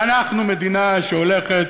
ואנחנו מדינה שהולכת